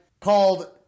called